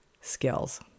skills